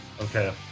Okay